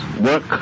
work